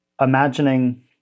imagining